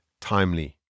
timely